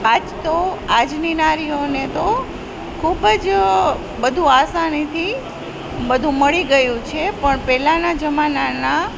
આજ તો આજની નારીઓને તો ખૂબ જ બધું આસાનીથી બધું મળી ગયું છે પણ પહેલાંના જમાનાનાં